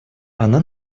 она